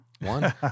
One